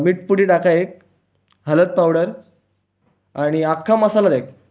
मीठ पुडी टाका एक हळद पावडर आणि अख्खा मसाला द्या एक